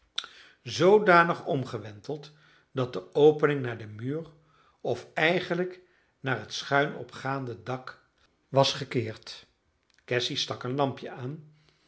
zoodanig omgewenteld dat de opening naar den muur of eigenlijk naar het schuin opgaande dak was gekeerd cassy stak een lampje aan